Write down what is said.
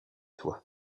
toit